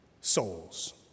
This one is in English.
souls